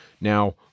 Now